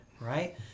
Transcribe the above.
Right